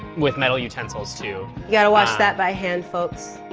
with metal utensils too. you gotta wash that by hand, folks.